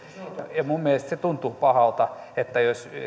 minun mielestäni se tuntuu pahalta että